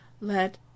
let